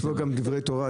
יש פה גם דברי תורה.